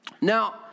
Now